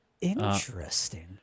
interesting